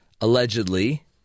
allegedly